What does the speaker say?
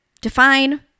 define